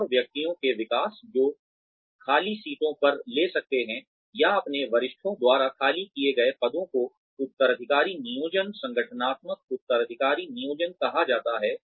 और व्यक्तियों के विकास जो खाली सीटों पर ले सकते हैं या अपने वरिष्ठों द्वारा खाली किए गए पदों को उत्तराधिकारी नियोजन संगठनात्मक उत्तराधिकारी नियोजन कहा जाता है